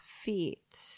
feet